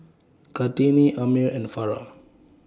Kartini Ammir and Farah